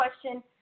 question